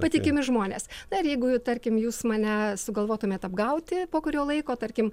patikimi žmonės na ir jeigu tarkim jūs mane sugalvotumėt apgauti po kurio laiko tarkim